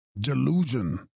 Delusion